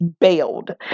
bailed